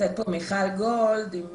נמצאת פה מיכל גולד, אם